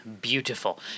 beautiful